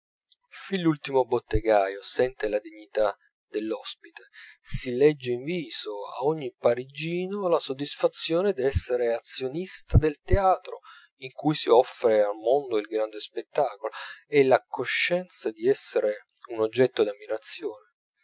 fin l'ultimo bottegaio sente la dignità dell'ospite si legge in viso a ogni parigino la soddisfazione d'essere azionista del teatro in cui si offre al mondo il grande spettacolo e la coscienza di essere un oggetto d'ammirazione